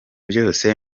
byose